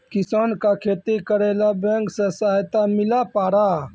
किसान का खेती करेला बैंक से सहायता मिला पारा?